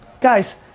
guys,